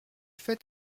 fait